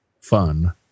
fun